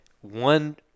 one –